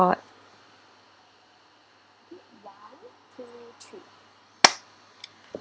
part